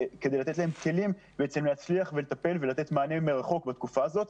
כלים בעצם להצליח ולטפל ולתת מענה מרחוק בתקופה הזאת.